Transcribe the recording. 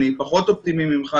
אני פחות אופטימי ממך,